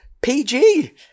PG